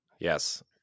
Yes